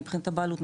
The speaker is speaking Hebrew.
מבחינת הבעלות,